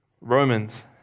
Romans